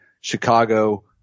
Chicago